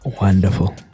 Wonderful